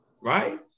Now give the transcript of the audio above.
right